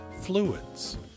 fluids